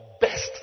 best